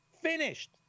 finished